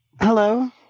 hello